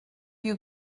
you